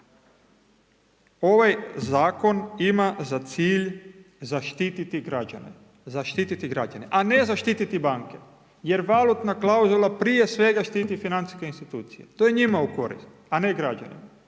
cilj zaštiti građane, zaštititi građane. A ne zaštititi banke. Jer valutna klauzula prije svega štiti financijske institucije, to je njima u korist, a ne građanima.